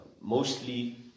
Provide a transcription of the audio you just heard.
mostly